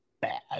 bad